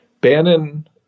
Bannon